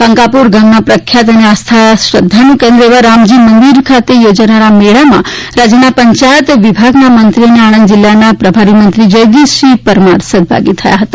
કંકાપુરા ગામના પ્રખ્યાત અને આસ્થા શ્રદ્ધાનું કેન્દ્ર એવા રામજી મંદિરે ખાતે યોજાયેલા આ મેળામાં રાજ્યના પંચાયત વિભાગના મંત્રી અને આણંદ જિલ્લા પ્રભારીમંત્રી જયદ્રથસિંહ પરમાર સદ્દભાગી થયા હતા